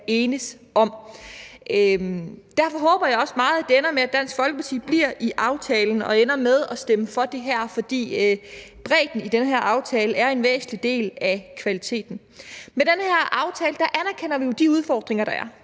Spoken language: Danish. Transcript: enes om. Derfor håber jeg også meget, at det ender med, at Dansk Folkeparti bliver i aftalen og ender med at stemme for det her, for bredden i den her aftale er en væsentlig del af kvaliteten. Med den her aftale anerkender vi jo de udfordringer, der er.